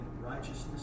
righteousness